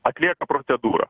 atlieka procedūrą